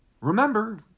Remember